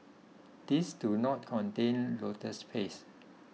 these do not contain lotus paste